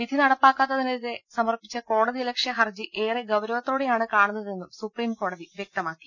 വിധി നടപ്പാക്കാത്തതിനെതിരെ സമർപ്പിച്ച കോടതിയലക്ഷ്യ ഹർജി ഏറെ ഗൌരവത്തോടെയാണ് കാണുന്നതെന്നും സുപ്രീം കോടതി വ്യക്തമാക്കി